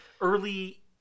early